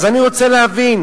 אז אני רוצה להבין,